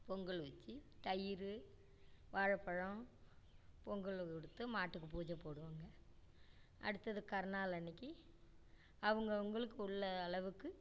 பொங்கல் வச்சு தயிர் வாழைப்பழம் பொங்கல் கொடுத்து மாட்டுக்கு பூஜைப் போடுவாங்கள் அடுத்தது கருநாள் அன்னைக்கு அவங்கவுங்களுக்கு உள்ள அளவுக்கு